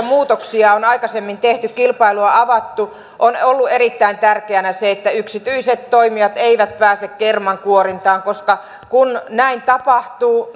muutoksia on aikaisemmin tehty kilpailua avattu on ollut erittäin tärkeätä se että yksityiset toimijat eivät pääse kermankuorintaan koska kun näin tapahtuu